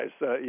guys